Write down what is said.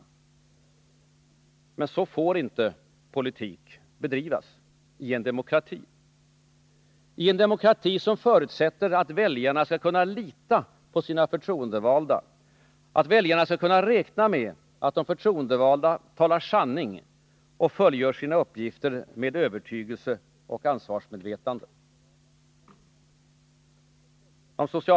Men så får inte politik bedrivas i en demokrati som förutsätter att väljarna skall kunna lita på sina förtroendevalda, att väljarna skall kunna räkna med att de förtroendevalda talar sanning och fullgör sina uppgifter med övertygelse och ansvarsmedvetande.